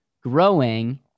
growing